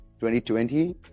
2020